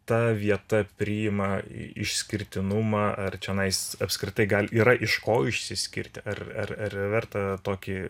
ta vieta priima išskirtinumą ar čionais apskritai gal yra iš ko išsiskirti ar ar ar verta tokį